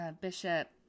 Bishop